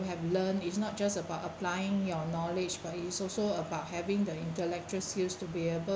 have learned it's not just about applying your knowledge but it's also about having the intellectual skills to be able